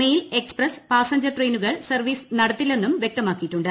mail express passenger ട്രെയിനുകൾ service നടത്തില്ലെന്നും വൃക്തമാക്കിയിട്ടുണ്ട്